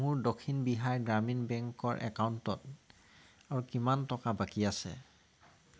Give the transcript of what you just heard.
মোৰ দক্ষিণ বিহাৰ গ্ৰামীণ বেংকৰ একাউণ্টত আৰু কিমান টকা বাকী আছে